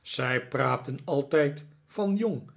zij praten altijd van jong